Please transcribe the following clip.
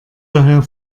daher